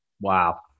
Wow